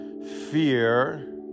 Fear